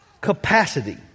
capacity